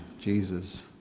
Jesus